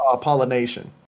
pollination